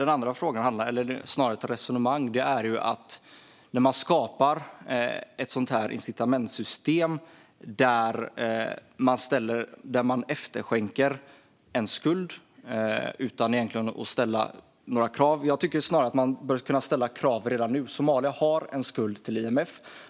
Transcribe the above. När man skapar ett sådant incitamentssystem efterskänker man en skuld utan att egentligen ställa några krav. Jag tycker snarare att man bör kunna ställa krav redan nu. Somalia har en skuld till IMF.